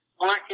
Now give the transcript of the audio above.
working